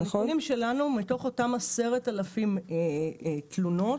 מהנתונים שלנו, מתוך אותן 10,000 תלונות